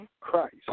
Christ